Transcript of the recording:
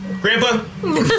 Grandpa